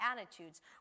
attitudes